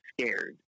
scared